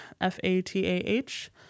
F-A-T-A-H